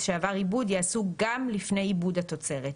שעבר עיבוד יעשו גם לפני עיבוד התוצרת,